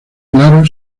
claro